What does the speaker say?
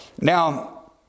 Now